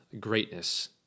greatness